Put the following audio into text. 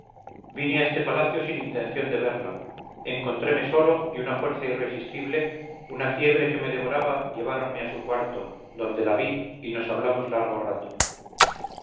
vine a este palacio sin intención de verla encontreme solo y una fuerza irresistible una fiebre que me devoraba lleváronme a su cuarto donde la vi y nos hablamos largo rato